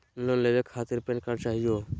Loan लेवे खातीर PAN card चाहियो?